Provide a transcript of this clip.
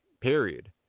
period